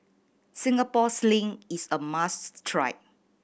Singapore Sling is a must try